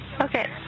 Okay